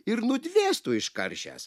ir nudvėstų iškaršęs